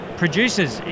producers